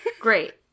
Great